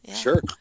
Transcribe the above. sure